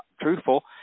truthful